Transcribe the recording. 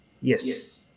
Yes